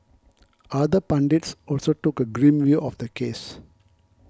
other pundits also took a grim view of the case